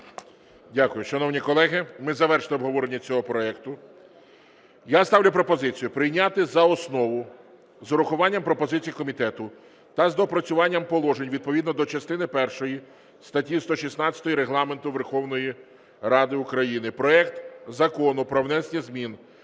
Дякую. Шановні колеги, ми завершили обговорення цього проекту. Я ставлю пропозицію прийняти за основу з урахуванням пропозицій комітету та з доопрацюванням положень відповідно до частини першої статті 116 Регламенту Верховної Ради України, проект Закону про внесення змін